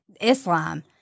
Islam